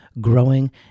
growing